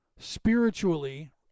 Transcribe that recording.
spiritually